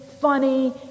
funny